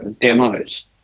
demos